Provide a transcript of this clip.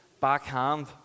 Backhand